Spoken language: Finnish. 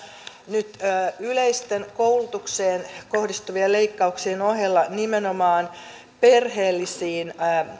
nyt yleisten koulutukseen kohdistuvien leikkauksien ohella nimenomaan perheellisiin